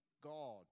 God